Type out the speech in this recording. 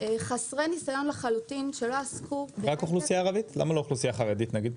חסרי ניסיון לחלוטין שלא עסקו --- למה לא אוכלוסייה חרדית נגיד?